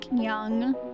Young